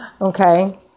Okay